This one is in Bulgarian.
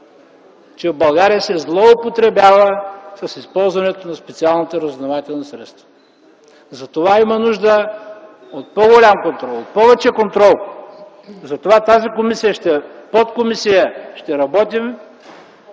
че в България се злоупотребява с използването на специалните разузнавателни средства, затова има нужда от по-голям контрол. Повече контрол! Затова тази подкомисия ще работи,